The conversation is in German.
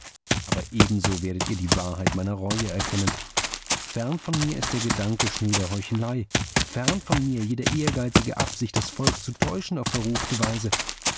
aber ebenso werdet ihr die wahrheit meiner reue erkennen fern von mir ist der gedanke schnöder heuchelei fern von mir jede ehrgeizige absicht das volk zu täuschen auf verruchte weise